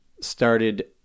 started